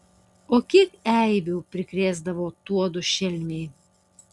o kiek eibių prikrėsdavo tuodu šelmiai